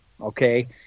okay